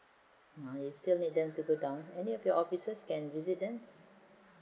ah you still need them to go down is there any officers who can visit them